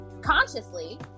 consciously